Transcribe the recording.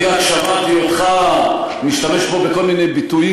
אני רק שמעתי אותך משתמש פה בכל מיני ביטויים